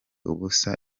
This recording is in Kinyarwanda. ubusa